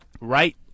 right